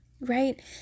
right